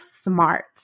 Smart